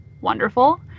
wonderful